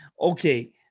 Okay